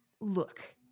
look